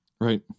right